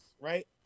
right